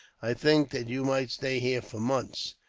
i think that you might stay here, for months,